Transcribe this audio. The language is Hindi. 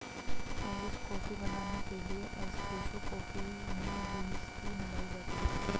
आइरिश कॉफी बनाने के लिए एस्प्रेसो कॉफी में व्हिस्की मिलाई जाती है